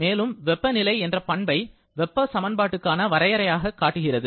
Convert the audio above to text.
மேலும் வெப்பநிலை என்ற பண்பை வெப்ப சமன்பாட்டுகான வரையறையாக காட்டுகிறது